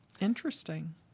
Interesting